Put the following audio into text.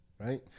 Right